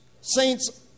Saints